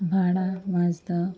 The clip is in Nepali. भाँडा माझ्दा